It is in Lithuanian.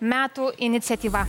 metų iniciatyva